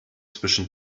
zwischen